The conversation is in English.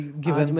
given